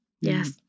Yes